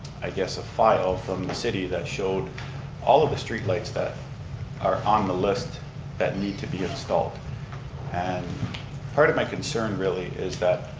i guess a file from the city that showed all of the street lights that are on the list that need to be installed and part of my concern really is that